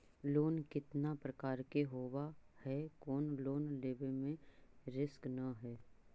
Loan कितना प्रकार के होबा है कोन लोन लेब में रिस्क न है?